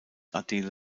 adele